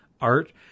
art